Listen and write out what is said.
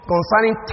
Concerning